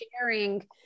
sharing